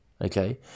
okay